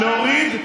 להוריד,